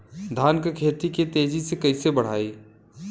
धान क खेती के तेजी से कइसे बढ़ाई?